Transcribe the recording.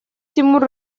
тимур